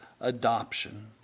adoption